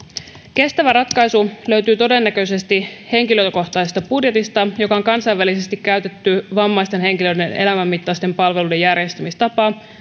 kestävä ratkaisu löytyy todennäköisesti henkilökohtaisesta budjetista joka on kansainvälisesti käytetty vammaisten henkilöiden elämänmittaisten palveluiden järjestämistapa